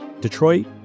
Detroit